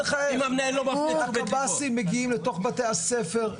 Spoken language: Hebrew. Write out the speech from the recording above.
רוב הקבסי"ם מגיעים לתוך בתי-הספר,